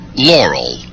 Laurel